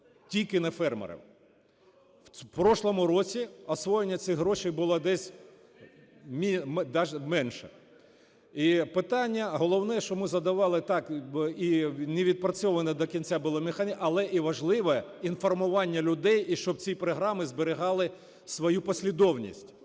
тільки на фермерів. В минулому році освоєння цих грошей було менше. І питання головне, що ми задавали: так і не відпрацьовані до кінця були механізми. Але і важливе інформування людей, і щоб ці програми зберігали свою послідовність